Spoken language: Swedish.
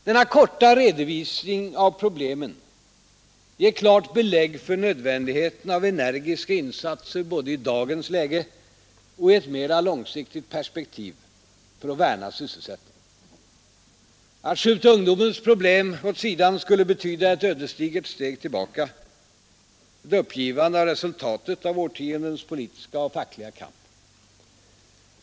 Denna korta redovisning av problemen ger klart belägg för nödvändigheten av energiska insatser både i dagens läge och i ett mera långsiktigt perspektiv för att värna sysselsättningen. Att skjuta ungdomens problem åt sidan skulle betyda ett ödesdigert steg tillbaka, ett uppgivande av resultatet av årtiondens politiska och fackliga kamp.